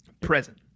present